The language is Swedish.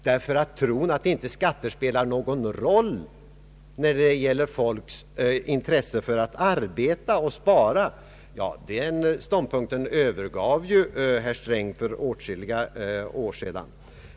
Uppfattningen att skatter inte spelar någon roll när det gäller folks iniresse för att arbeta och spara övergav ju herr Sträng för åtskilliga år sedan.